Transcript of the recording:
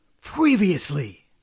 Previously